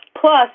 plus